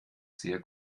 sehr